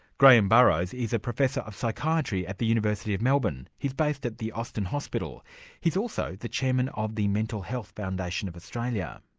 graham burrows is a professor of psychiatry at the university of melbourne. he's based at the austin hospital he's also the chairman of the mental health foundation of australia.